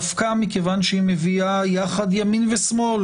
דווקא מכיוון שהיא מביאה יחד ימין ושמאל